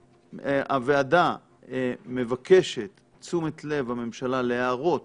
הוועדה מבקשת את תשומת לב הממשלה להערות